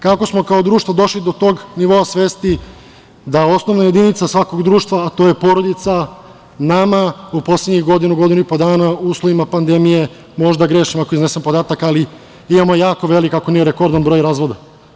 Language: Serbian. Kako smo kao društvo došli do tog nivoa svesti da osnovna jedinica svakog društva, a to je porodica, nama u poslednjih godinu, godinu i po dana, u uslovima pandemije, možda grešim ako iznesem podatak, ali imamo jako velik, ako ne i rekordan broj razvoda.